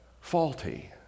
faulty